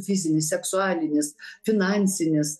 fizinis seksualinis finansinis